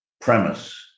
premise